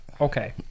Okay